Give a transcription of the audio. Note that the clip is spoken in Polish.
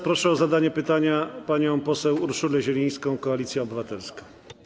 Proszę o zadanie pytania panią poseł Urszulę Zielińską, Koalicja Obywatelska.